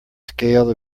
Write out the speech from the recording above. scale